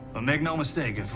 ah make no mistake,